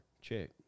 check